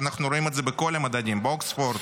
אנחנו רואים את זה בכל המדדים, באוקספורד,